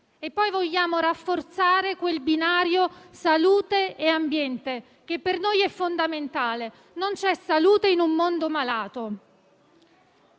Vogliamo poi rafforzare il binario salute e ambiente che per noi è fondamentale: non c'è salute in un mondo malato.